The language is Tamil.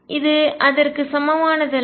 இது அதற்கு சமமானதல்ல